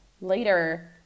later